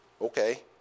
Okay